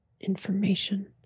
information